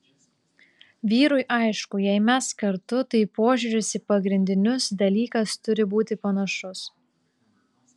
vyrui aišku jei mes kartu tai požiūris į pagrindinius dalykas turi būti panašus